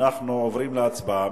אנחנו עוברים להצבעה.